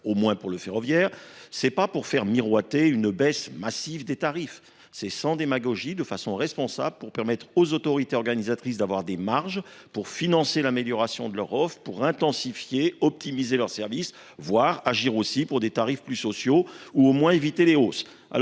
au moins pour le ferroviaire, ce n’est pas pour faire miroiter une baisse massive des tarifs. Elle l’a fait sans démagogie, de façon responsable, pour permettre aux autorités organisatrices de la mobilité d’avoir des marges pour financer l’amélioration de leur offre, pour intensifier et optimiser leurs services, voire pour agir en faveur de tarifs plus sociaux et, du moins, pour éviter les hausses